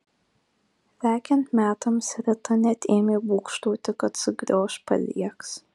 lekiant metams rita net ėmė būgštauti kad sukrioš paliegs